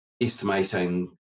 estimating